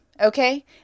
Okay